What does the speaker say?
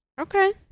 okay